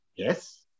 Yes